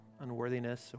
unworthiness